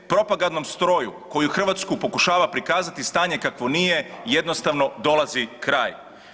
Propagandnom stroju koji Hrvatsku pokušava prikazati stanje kakvo nije jednostavno dolazi kraj.